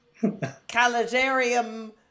Calidarium